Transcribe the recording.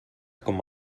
com